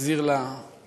יחזיר לה מחשבותיה,